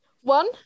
One